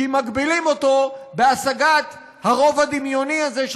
כי מגבילים אותו בהשגת הרוב הדמיוני הזה,